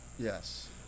Yes